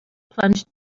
plunge